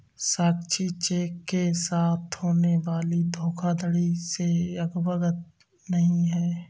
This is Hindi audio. साक्षी चेक के साथ होने वाली धोखाधड़ी से अवगत नहीं है